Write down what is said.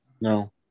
No